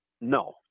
No